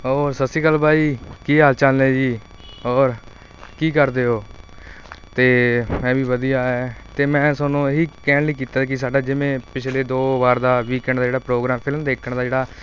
ਹੋਰ ਸਤਿ ਸ਼੍ਰੀ ਅਕਾਲ ਬਾਈ ਕੀ ਹਾਲ ਚਾਲ ਨੇ ਜੀ ਹੋਰ ਕੀ ਕਰਦੇ ਹੋ ਅਤੇ ਮੈਂ ਵੀ ਵਧੀਆ ਹੈ ਅਤੇ ਮੈਂ ਤੁਹਾਨੂੰ ਇਹੀ ਕਹਿਣ ਲਈ ਕੀਤਾ ਕਿ ਸਾਡਾ ਜਿਵੇਂ ਪਿਛਲੇ ਦੋ ਵਾਰ ਦਾ ਵੀਕਐਂਡ ਦਾ ਜਿਹੜਾ ਪ੍ਰੋਗਰਾਮ ਫਿਲਮ ਦੇਖਣ ਦਾ ਜਿਹੜਾ